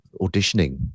auditioning